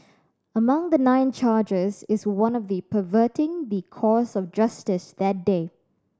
among the nine charges is one of perverting the course of justice that day